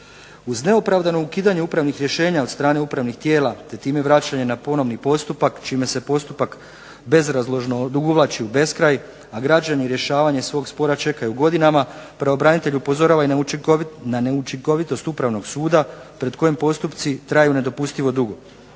Uz neopravdano ukidanje upravnih rješenja od strane upravnih tijela te time vraćanje na ponovni postupak čime se postupak bezrazložno odugovlači u beskraj, a građani rješavanje svog spora čekaju godinama, pravobranitelj upozorava i na neučinkovitost Upravnog suda pred kojim postupci traju nedopustivo dugo.